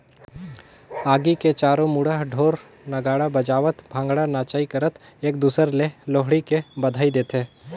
आगी के चारों मुड़ा ढोर नगाड़ा बजावत भांगडा नाचई करत एक दूसर ले लोहड़ी के बधई देथे